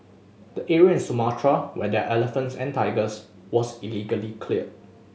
the area in Sumatra where there are elephants and tigers was illegally cleared